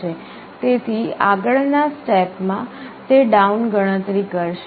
તેથી આગળ ના સ્ટેપ માં તે ડાઉન ગણતરી કરશે